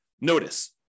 Notice